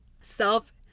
Self